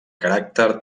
caràcter